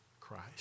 Christ